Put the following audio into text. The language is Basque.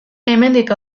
hemendik